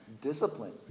discipline